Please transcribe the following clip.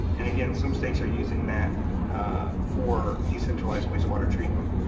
and again, some states are using that for decentralized wastewater treatment